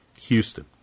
Houston